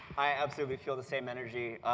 i absolutely feel the same energy.